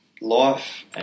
life –